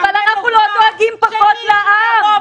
אבל אנחנו לא דואגים פחות לעם,